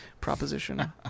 proposition